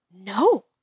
No